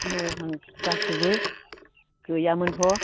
न' बां गासैबो गैयामोनथ'